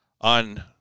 on